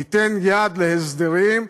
ניתן יד להסדרים,